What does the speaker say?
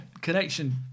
Connection